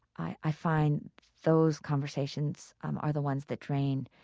i find those conversations um are the ones that drain.